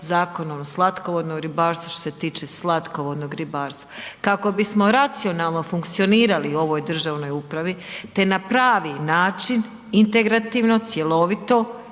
Zakonom o slatkovodnom ribarstvu što se tiče slatkovodnog ribarstva. Kako bi smo racionalno funkcionirali u ovoj državnoj upravi te na pravi način integrativno, cjelovito